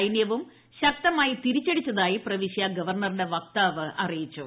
സൈന്യവും ശക്തമായി തിരിച്ചടിച്ചതായി പ്രവിശ്യാ ഗവർണറുടെ വക്താവ് അറിയിച്ചു